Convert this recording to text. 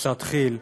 מקבוצת כי"ל,